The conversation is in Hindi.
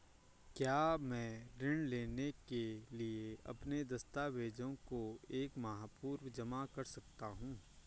क्या मैं ऋण लेने के लिए अपने दस्तावेज़ों को एक माह पूर्व जमा कर सकता हूँ?